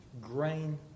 grain